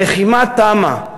הלחימה תמה,